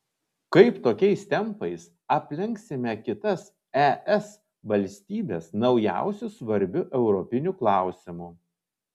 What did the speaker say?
kaip tokiais tempais aplenksime kitas es valstybes naujausiu svarbiu europiniu klausimu